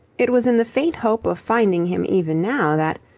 it was in the faint hope of finding him even now that,